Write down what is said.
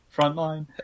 Frontline